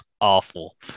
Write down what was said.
awful